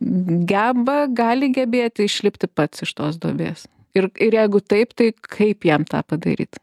geba gali gebėti išlipti pats iš tos duobės ir jeigu taip tai kaip jam tą padaryt